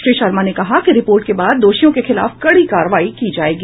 श्री शर्मा ने कहा कि रिपोर्ट के बाद दोषियों के खिलाफ कड़ी कार्रवाई की जायेगी